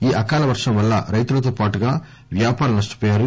ఈ అకాల వర్షం వల్ల రైతులతోపాటుగా వ్యాపారులు నష్టవోయారు